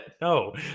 No